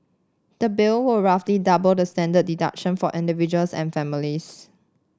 the bill would roughly double the standard deduction for individuals and families